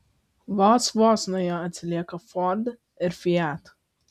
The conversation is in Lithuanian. vos vos nuo jo atsilieka ford ir fiat